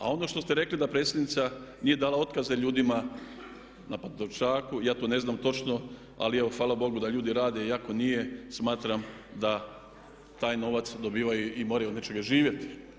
A ono što ste rekli da predsjednica nije dala otkaze ljudima na Pantovčaku, ja to ne znam točno ali evo hvala Bogu da ljudi rade, i smatram da taj novac dobivaju i moraju od nečega živjeti.